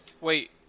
Wait